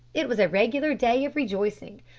it was a regular day of rejoicing.